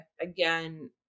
again